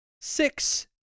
Six